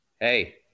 Hey